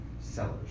Sellers